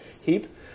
heap